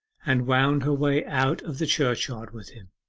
and wound her way out of the churchyard with him.